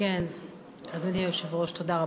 אדוני היושב-ראש, תודה רבה.